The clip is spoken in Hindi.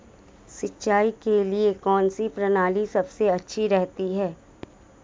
सिंचाई के लिए कौनसी प्रणाली सबसे अच्छी रहती है?